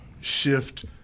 shift